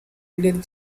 bullet